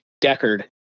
deckard